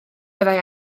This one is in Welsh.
fyddai